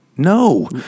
No